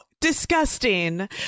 disgusting